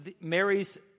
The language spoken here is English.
Mary's